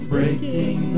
Breaking